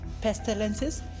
pestilences